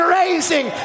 raising